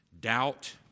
Doubt